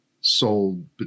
sold